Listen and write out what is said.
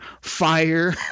fire